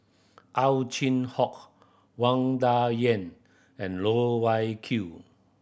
Ow Chin Hock Wang Dayuan and Loh Wai Kiew